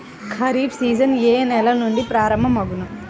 Kharif season ఏ నెల నుండి ప్రారంభం అగును?